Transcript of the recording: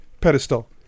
pedestal